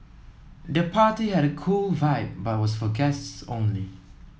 the party had a cool vibe but was for guests only